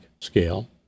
scale